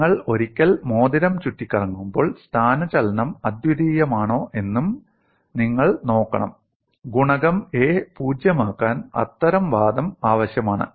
നിങ്ങൾ ഒരിക്കൽ മോതിരം ചുറ്റിക്കറങ്ങുമ്പോൾ സ്ഥാനചലനം അദ്വിതീയമാണോ എന്നും നിങ്ങൾ നോക്കണം ഗുണകം A പൂജ്യമാക്കാൻ അത്തരം വാദം ആവശ്യമാണ്